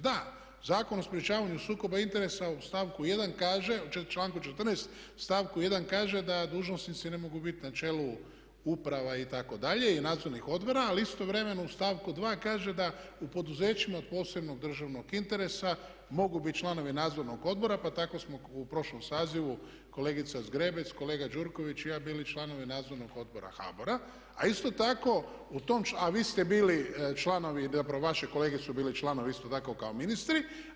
Da, Zakon o sprječavanju sukoba interesa u stavku 1. kaže u članku 14. da dužnosnici ne mogu biti na čelu uprava itd., i nadzornih odbora, ali istovremeno u stavku 2. kaže da u poduzećima od posebnog državnog interesa mogu biti članovi nadzornog odbora pa tako smo u prošlom sazivu kolegica Zgrebec, kolega Gjurković i ja bili članovi Nadzornog odbora HBOR-a, a vi ste bili članovi zapravo vaši kolege su bili članovi isto tako kao ministri.